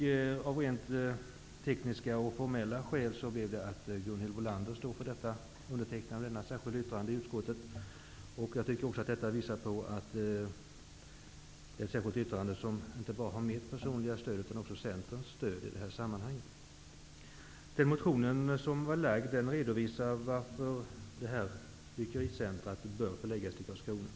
Av rent formella skäl står Gunhild Bolander för detta särskilda yttrande. Det visar att yttrandet också har Centerns stöd. I min motion redovisas skälen för att detta dykericentrum bör lokaliseras till Karlskrona.